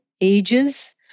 ages